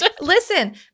Listen